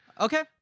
Okay